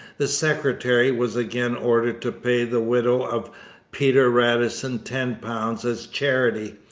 the secretary was again ordered to pay the widow of peter radisson ten pounds as charity,